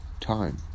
time